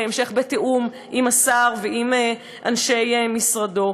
בהמשך תיאום עם השר ועם אנשי משרדו.